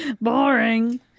Boring